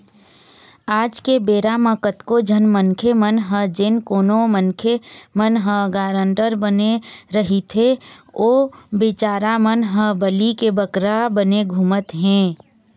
आज के बेरा म कतको झन मनखे मन ह जेन कोनो मनखे मन ह गारंटर बने रहिथे ओ बिचारा मन ह बली के बकरा बने घूमत हें